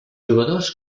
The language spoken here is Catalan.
jugadors